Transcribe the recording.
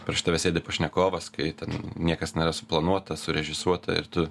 prieš tave sėdi pašnekovas kai ten niekas nėra suplanuota surežisuota ir tu